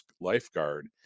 lifeguard